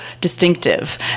distinctive